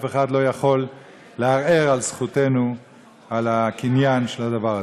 אחד לא יכול לערער על זכותנו על הקניין שלהם.